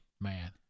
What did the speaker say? man